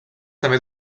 també